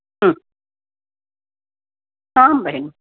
आं बेहिनि